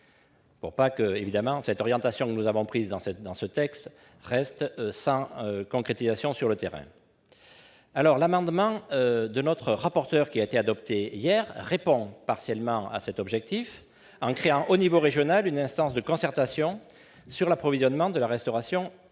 pour que l'orientation que nous avons inscrite dans ce texte ne reste pas sans concrétisation sur le terrain. L'amendement du rapporteur qui a été adopté hier répond partiellement à cet objectif, en créant, à l'échelon régional, une instance de concertation sur l'approvisionnement de la restauration collective.